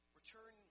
Return